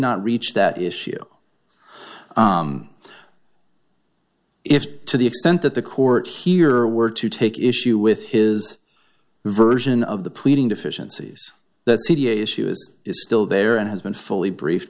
not reach that issue if to the extent that the court here were to take issue with his version of the pleading deficiencies the city issue is still there and has been fully brief